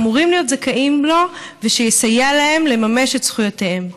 אמורים להיות זכאים לו ושיסייע להם לממש את זכויותיהם.